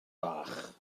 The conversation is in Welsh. bach